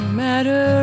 matter